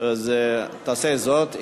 אז תעשה זאת.